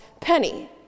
penny